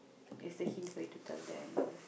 is the hint for you to tell the more